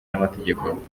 n’amategeko